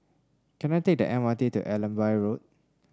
can I take the M R T to Allenby Road